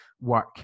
work